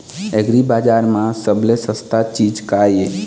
एग्रीबजार म सबले सस्ता चीज का ये?